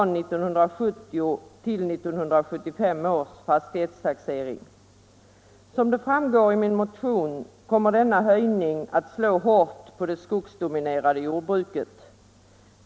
Som det framgår i min motion kommer denna höjning att slå hårt på det skogsdominerade jordbruket.